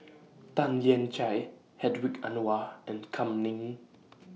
Tan Lian Chye Hedwig Anuar and Kam Ning